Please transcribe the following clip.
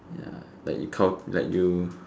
ya like you count like you